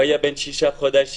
הוא היה בן שישה חודשים.